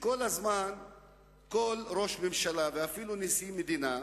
שכל הזמן כל ראש ממשלה ואפילו נשיא המדינה,